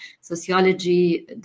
sociology